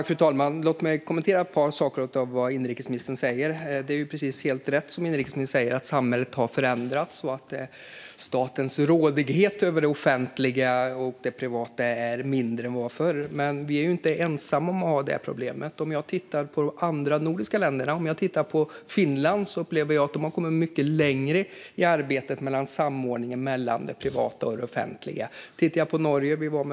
Fru talman! Låt mig kommentera ett par saker som inrikesministern sa. Det är helt rätt, som inrikesministern sa, att samhället har förändrats och att statens rådighet över det offentliga och det privata är mindre än den var förr. Vi är dock inte ensamma om att ha detta problem. Vi kan titta på de andra nordiska länderna. Jag upplever att Finland har kommit mycket längre i arbetet med samordningen mellan det privata och det offentliga.